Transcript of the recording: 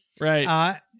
right